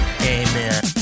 amen